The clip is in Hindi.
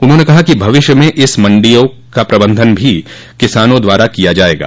उन्होंने कहा कि भविष्य में इन मण्डियों का प्रबन्धन भी किसानों द्वारा किया जायेगा